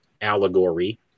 allegory